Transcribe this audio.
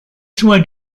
soin